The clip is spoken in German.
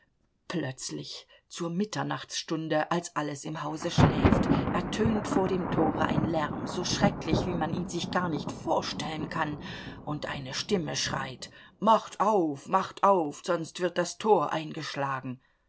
plötzlich zur mitternachtstunde als alles im hause schläft ertönt vor dem tore ein lärm so schrecklich wie man ihn sich gar nicht vorstellen kann und eine stimme schreit macht auf macht auf sonst wird das tor eingeschlagen